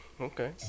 Okay